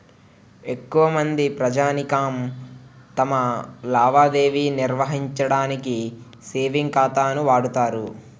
ఎక్కువమంది ప్రజానీకం తమ లావాదేవీ నిర్వహించడానికి సేవింగ్ ఖాతాను వాడుతారు